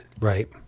right